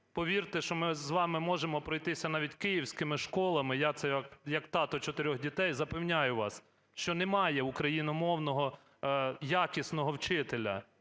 Повірте, що ми з вами можемо пройтися навіть київськими школами, я це як тато чотирьох дітей запевняю вас, що немає україномовного якісного вчителя